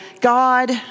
God